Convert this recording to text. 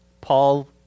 Paul